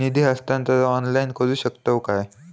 निधी हस्तांतरण ऑनलाइन करू शकतव काय?